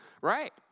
Right